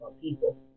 people